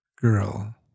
girl